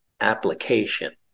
application